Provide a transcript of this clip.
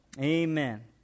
Amen